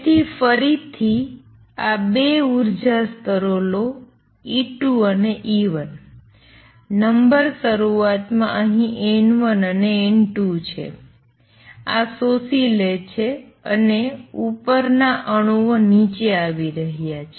તેથી ફરીથી આ 2 ઉર્જા સ્તરો લો E2 અને E1 નંબર શરૂઆતમાં અહીં N1 છે અને N2 છે આ શોષી લે છે અને ઉપરના અણુઓ નીચે આવી રહ્યા છે